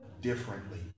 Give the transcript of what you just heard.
differently